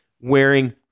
wearing